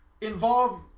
Involve